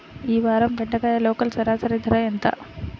ఈ వారం బెండకాయ లోకల్ సరాసరి ధర ఎంత?